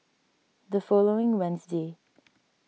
the following Wednesday